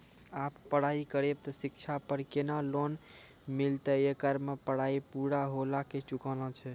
आप पराई करेव ते शिक्षा पे केना लोन मिलते येकर मे पराई पुरा होला के चुकाना छै?